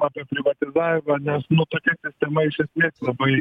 apie privatizavimą nes nu tokia sistema iš esmės labai